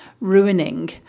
ruining